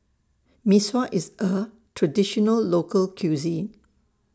Mee Sua IS A Traditional Local Cuisine